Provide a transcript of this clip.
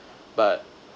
but